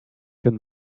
can